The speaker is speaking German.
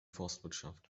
forstwirtschaft